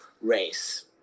race